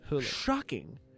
shocking